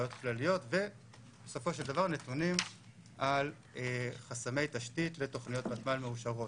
בעיות כלליות ונתונים על חסמי תשתית ותוכניות ותמ"ל מאושרות.